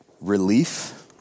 relief